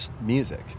music